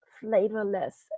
flavorless